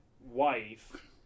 wife